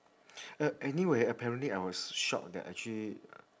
uh anyway apparently I was shocked that actually